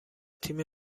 تیم